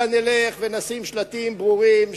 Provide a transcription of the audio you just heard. אלא נלך ונשים שלטים ברורים,